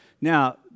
Now